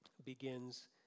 begins